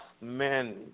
men